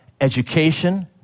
education